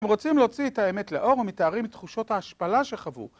הם רוצים להוציא את האמת לאור ומתארים את תחושות ההשפלה שחוו